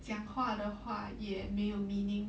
讲话的话也没有 meaning